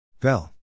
Bell